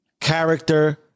character